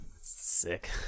Sick